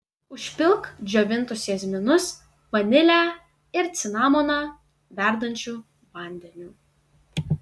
užpilk džiovintus jazminus vanilę ir cinamoną verdančiu vandeniu